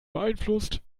beeinflusst